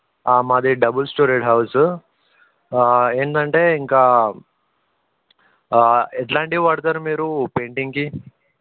మాది double storey house ఏంటంటే ఇంకా ఎలాంటివి వాడతారు మీరు పెయింటింగ్కి